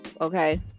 okay